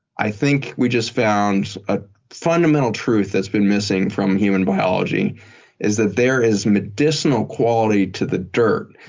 i think we just found a fundamental truth that's been missing from human biology is that there is medicinal quality to the dirt.